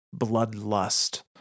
bloodlust